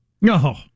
No